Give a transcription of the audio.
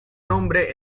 nombre